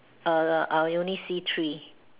err I only see three